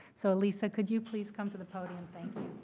so alisa, could you please come to the podium. thank